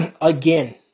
again